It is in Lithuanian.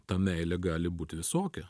ta meilė gali būt visokia